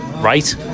right